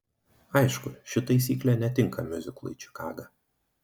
aišku ši taisyklė netinka miuziklui čikaga